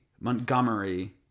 Montgomery